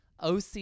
oc